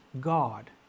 God